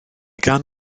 gan